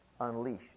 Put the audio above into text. unleashed